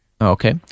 Okay